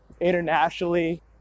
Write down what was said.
Internationally